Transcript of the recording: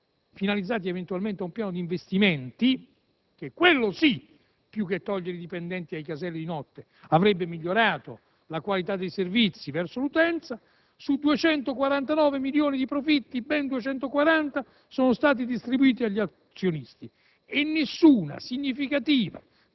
finalizzati eventualmente ad un piano di investimenti - quello sì, piuttosto che togliere dipendenti dai caselli di notte, avrebbe migliorato la qualità dei servizi verso l'utenza - sono stati distribuiti agli azionisti e nessuna significativa